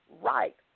right